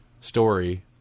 story